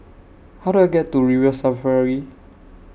How Do I get to River Safari